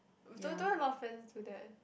mm don't don't have a lot of friends do that